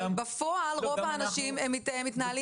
אבל בפועל רוב האנשים מתנהלים כעצמאים.